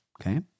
Okay